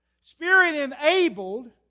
spirit-enabled